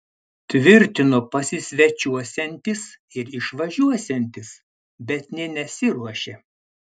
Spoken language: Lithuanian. tvirtino pasisvečiuosiantis ir išvažiuosiantis bet nė nesiruošė